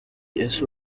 ese